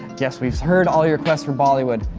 yes, we've heard all your quests from bollywood.